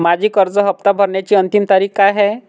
माझी कर्ज हफ्ता भरण्याची अंतिम तारीख काय आहे?